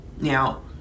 Now